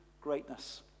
greatness